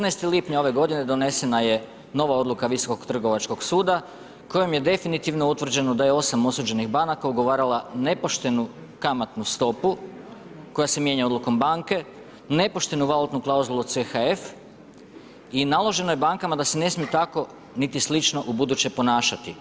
14. lipnja ove godine donesena je nova odluka Visokog trgovačkog suda kojom je definitivno utvrđeno da je 8 osuđenih banaka ugovarala nepoštenu kamatnu stopu koja se mijenja odlukom banke, nepoštenu valutnu klauzulu u CHF i naloženo je bankama da se ne smiju tako niti slično u buduće ponašati.